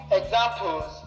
examples